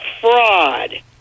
fraud